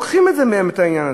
לוקחים מהם את זה.